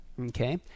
okay